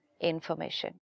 Information